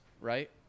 right